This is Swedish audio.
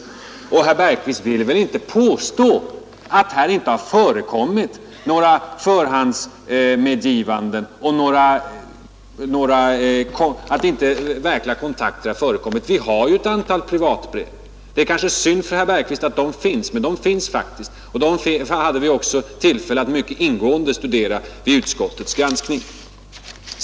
Och herr Bergqvist vill väl inte påstå att här inte har förekommit några förhandsmedgivanden, att inte verkliga kontakter har förekommit? Vi har ju ett antal privatbrev. Det kanske är synd för herr Bergqvist att dessa finns, men det gör de faktiskt, och vi hade också tillfälle att studera dem ingående vid utskottets granskning.